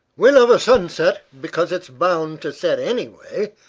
we love a sunset, because it's bound to set anyway,